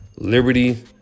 Liberty